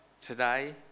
Today